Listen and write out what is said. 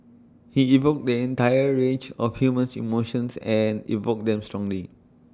he evoked the entire range of humans emotions and evoked them strongly